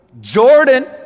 Jordan